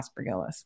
aspergillus